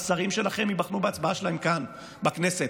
השרים שלכם ייבחנו בהצבעה שלהם כאן בכנסת.